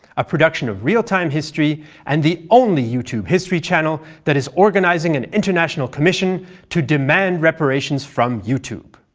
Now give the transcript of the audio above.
a production of real time history and the only youtube history channel that is organizing an international commission to demand reparations from youtube.